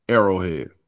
Arrowhead